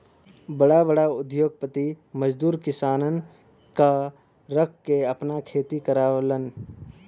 बड़ा बड़ा उद्योगपति मजदूर किसानन क रख के आपन खेती करावलन